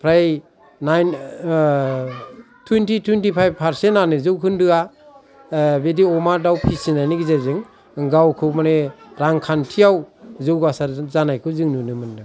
फ्राय nine twenty twenty five पारचेन्टआनो जौखोन्दोआ बिदि अमा दाव फिसिनायनि गेजेरजों गावखौ माने रांखान्थियाव जौगासार जानायखौ जों नुनो मोनदों